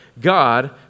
God